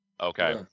Okay